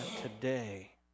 today